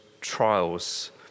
trials